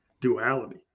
duality